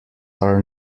are